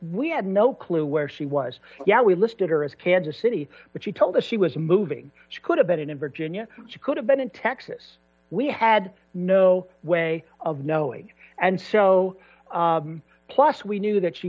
we had no clue where she was yeah we listed her as kansas city but she told us she was moving she could have been in virginia she could have been in texas we had no way of knowing and so plus we knew that she